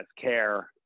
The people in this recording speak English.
care